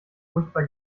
furchtbar